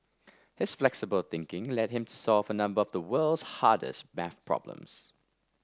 his flexible thinking led him solve a number of the world's hardest maths problems